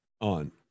on